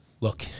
look